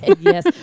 yes